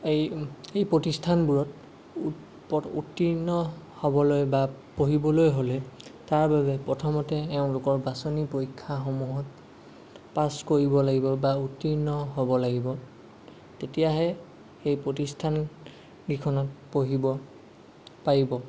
এই এই প্ৰতিষ্ঠানবোৰত উত্তীৰ্ণ হ'বলৈ বা পঢ়িবলৈ হ'লে তাৰ বাবে প্ৰথমতে এওঁলোকৰ বাচনি পৰীক্ষাসমূহত পাছ কৰিব লাগিব বা উত্তীৰ্ণ হ'ব লাগিব তেতিয়াহে সেই প্ৰতিষ্ঠান কেইখনত পঢ়িব পাৰিব